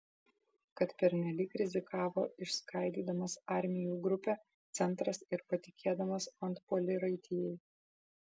kad pernelyg rizikavo išskaidydamas armijų grupę centras ir patikėdamas antpuolį raitijai